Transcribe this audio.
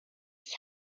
ich